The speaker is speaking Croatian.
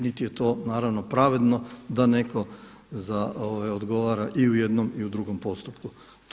Niti je to naravno pravedno da netko odgovara i u jednom i u drugom postupku.